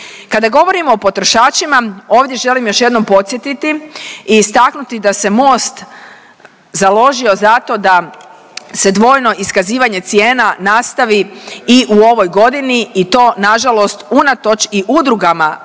Kada govorimo o potrošačima, ovdje želim još jednom podsjetiti i istaknuti da se Most založio za to da se dvojno iskazivanje cijena nastavi i u ovoj godini i to na žalost unatoč i udrugama